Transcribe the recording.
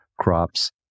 crops